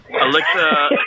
Alexa